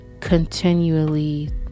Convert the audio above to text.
continually